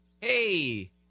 hey